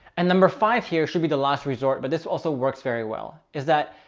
and number five here should be the last resort. but this also works very well is that,